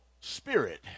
spirit